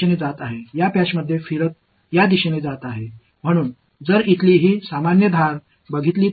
இந்த திட்டில் சுழற்சி இந்த திசையில் செல்கிறது